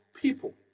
people